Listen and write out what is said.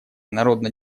народно